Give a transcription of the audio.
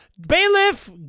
Bailiff